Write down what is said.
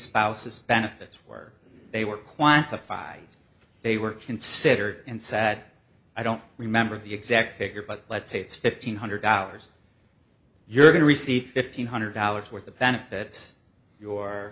spouses benefits were they were quantified they were considered and sad i don't remember the exact figure but let's say it's fifteen hundred dollars you're going to receive fifteen hundred dollars worth of benefits your